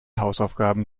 hausaufgaben